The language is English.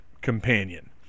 companion